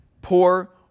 poor